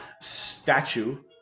statue